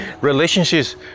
Relationships